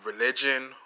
religion